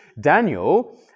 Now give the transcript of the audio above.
Daniel